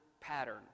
pattern